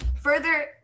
further